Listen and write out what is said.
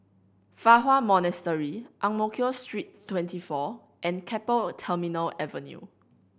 Fa Hua Monastery Ang Mo Kio Street Twenty Four and Keppel Terminal Avenue